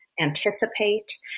anticipate